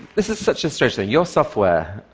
this is such a strange thing. your software,